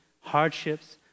hardships